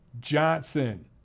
Johnson